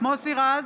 מוסי רז,